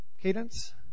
Cadence